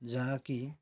ଯାହାକି